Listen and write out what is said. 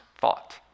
thought